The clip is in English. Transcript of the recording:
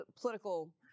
political